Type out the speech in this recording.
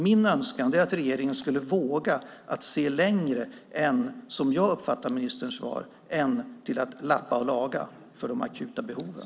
Min önskan är att regeringen vågar se längre än, som jag uppfattar ministerns svar, till att lappa och laga för de akuta behoven.